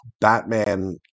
Batman